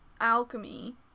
alchemy